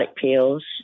pills